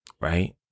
right